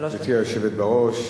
גברתי היושבת בראש,